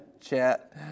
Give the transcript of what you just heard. Chat